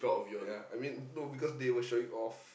ya I mean no because they were showing off